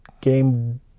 game